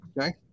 Okay